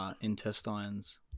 intestines